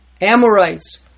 Amorites